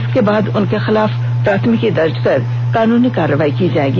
इसके बाद उनके खिलाफ प्राथमिकी दर्ज कर कार्रवाई की जाएगी